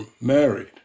married